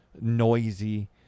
noisy